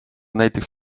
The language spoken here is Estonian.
näiteks